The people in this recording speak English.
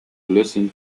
listen